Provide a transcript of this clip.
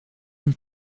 een